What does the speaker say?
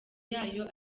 yayo